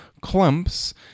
clumps